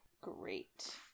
Great